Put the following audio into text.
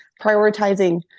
Prioritizing